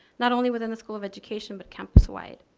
not only within the school of education but campus wide.